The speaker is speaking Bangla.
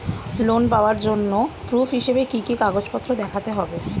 লোন পাওয়ার জন্য প্রুফ হিসেবে কি কি কাগজপত্র দেখাতে হবে?